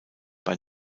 bei